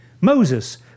Moses